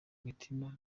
mitima